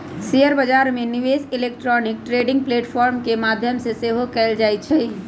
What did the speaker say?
share बजार में निवेश इलेक्ट्रॉनिक ट्रेडिंग प्लेटफॉर्म के माध्यम से सेहो कएल जाइ छइ